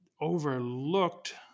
overlooked